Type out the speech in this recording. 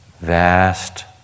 vast